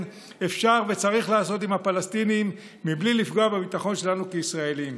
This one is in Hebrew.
אפשר וצריך לעשות עם הפלסטינים מבלי לפגוע בביטחון שלנו כישראלים.